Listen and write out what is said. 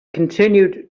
continued